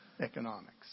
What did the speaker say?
economics